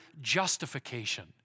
justification